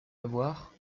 avoir